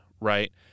right